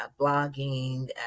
blogging